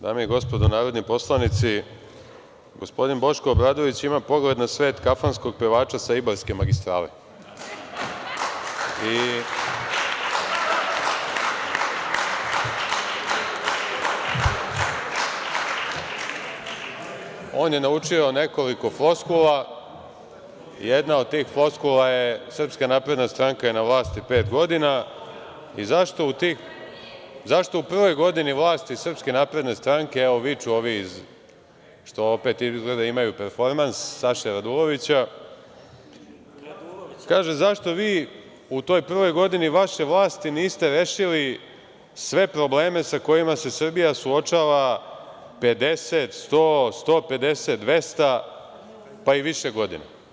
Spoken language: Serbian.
Dame i gospodo narodni poslanici, gospodin Boško Obradović ima pogled na svet kafanskog pevača sa Ibarske magistrale. (Poslanici DJB negoduju.) On je naučio nekoliko floskula, jedna od njih je – Srpska napredna stranka je na vlasti pet godina i zašto u prvoj godini vlasti Srpske napredne stranke, evo, viču ovi što opet izgleda imaju performans, Saše Radulovića, kažu – zašto vi u toj prvoj godini vaše vlasti niste rešili sve probleme sa kojima se Srbija suočava 50, 100, 150, 200 pa i više godina?